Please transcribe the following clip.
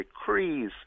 decrees